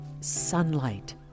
sunlight